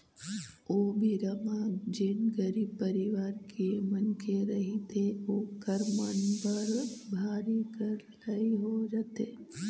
ओ बेरा म जेन गरीब परिवार के मनखे रहिथे ओखर मन बर भारी करलई हो जाथे